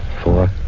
four